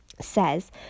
says